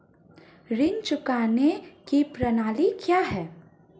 ऋण चुकाने की प्रणाली क्या है?